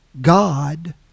God